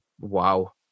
wow